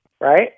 right